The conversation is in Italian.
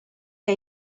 che